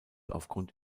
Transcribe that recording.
aufgrund